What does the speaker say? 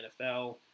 NFL